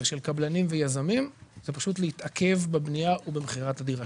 של קבלנים ויזמים זה פשוט להתעכב בבנייה ובמכירת הדירה.